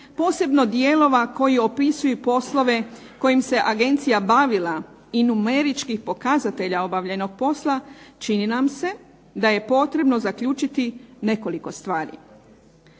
posebno dijelova koji opisuju poslove kojima se Agencija bavila i numeričkih pokazatelja obavljenog posla čini nam se da je potrebno zaključiti nekoliko stvari.